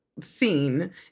scene